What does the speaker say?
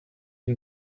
une